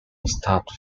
started